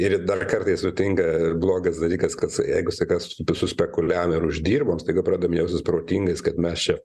ir dar kartais nutinka blogas dalykas kad sa jeigu sakas tu su spekuliavę ir uždirbam staiga pradedam jaustis protingais kad mes čia